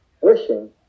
wishing